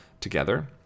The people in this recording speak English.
together